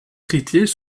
héritiers